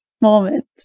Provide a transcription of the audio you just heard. moment